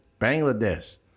Bangladesh